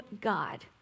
God